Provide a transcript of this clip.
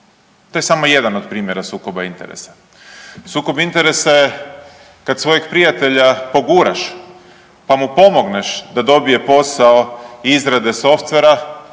To je samo jedan od primjera sukoba interesa. Sukob interesa je kad svojeg prijatelja poguraš pa mu pomogneš da dobije posao izrade softvera,